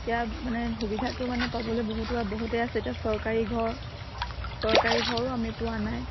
এতিয়া মানে সুবিধাটো মানে পাবলৈ বহুতো বহুতে আছে এতিয়া চৰকাৰী ঘৰ চৰকাৰী ঘৰো আমি পোৱা নাই